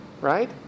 right